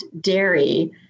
dairy